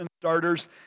starters